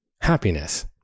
happiness